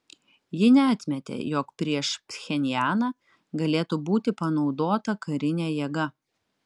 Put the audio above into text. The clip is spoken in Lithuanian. ji neatmetė jog prieš pchenjaną galėtų būti panaudota karinė jėga